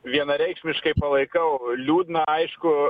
vienareikšmiškai palaikau liūdna aišku